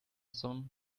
some